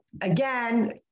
again